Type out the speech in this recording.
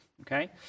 okay